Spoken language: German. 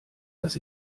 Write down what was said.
dass